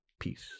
peace